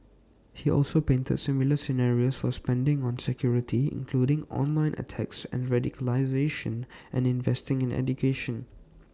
he also painted similar scenarios for spending on security including online attacks and radicalisation and investing in education